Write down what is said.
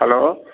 hello